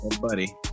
Buddy